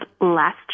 last